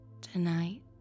Tonight